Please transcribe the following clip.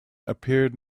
appeared